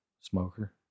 smoker